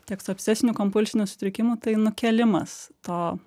tiek su obsesiniu kompulsiniu sutrikimu tai nukėlimas to